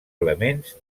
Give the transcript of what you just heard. elements